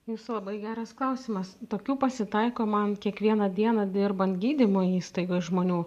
jūsų labai geras klausimas tokių pasitaiko man kiekvieną dieną dirbant gydymo įstaigoj žmonių